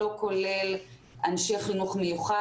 לא כולל אנשי חינוך מיוחד.